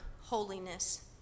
holiness